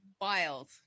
wild